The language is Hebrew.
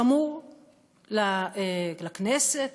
שמור לכנסת,